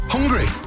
Hungry